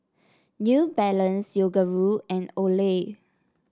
New Balance Yoguru and Olay